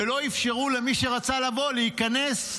ולא אפשרו למי שרצה לבוא להיכנס.